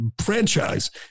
franchise